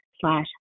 slash